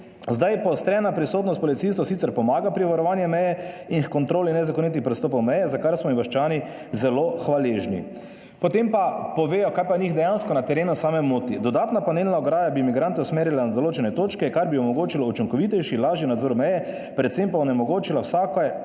Zdaj, poostrena prisotnost policistov sicer pomaga pri varovanju meje in h kontroli nezakonitih prestopov meje, za kar smo ji vaščani zelo hvaležni." Potem pa povejo, kaj pa njih dejansko na terenu same moti. "Dodatna panelna ograja bi migrante usmerila na določene točke, kar bi omogočilo učinkovitejši, lažji nadzor meje, predvsem pa onemogočila vsake